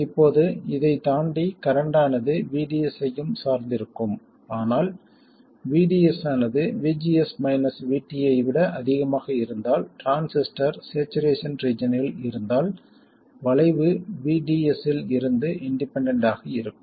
இப்போது இதைத் தாண்டி கரண்ட் ஆனது VDS ஐயும் சார்ந்திருக்கும் ஆனால் VDS ஆனது VGS மைனஸ் VT ஐ விட அதிகமாக இருந்தால் டிரான்சிஸ்டர் சேச்சுரேஷன் ரீஜன்யில் இருந்தால் வளைவு VDS இல் இருந்து இண்டிபெண்டண்ட் ஆக இருக்கும்